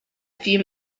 few